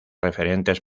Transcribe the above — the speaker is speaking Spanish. referentes